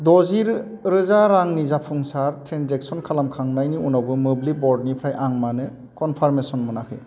द'जि रोजा रांनि जाफुंसार ट्रेन्जेकसन खालामखांनायनि उनावबो मोब्लिब ब'र्डनिफ्राय आं मानो कन्फार्मेसन मोनाखै